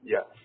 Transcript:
Yes